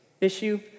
issue